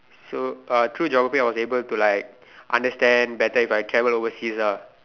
so uh through geography I was able to like understand better if I travel overseas ah